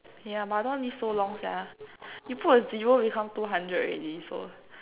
yeah but I don't want to live so long sia you put a zero become two hundred already so